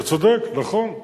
אתה צודק, נכון.